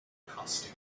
caustic